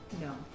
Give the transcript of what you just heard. No